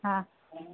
हा